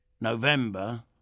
November